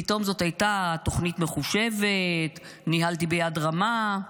פתאום זאת הייתה תוכנית מחושבת: ניהלתי ביד רמה.